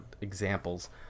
examples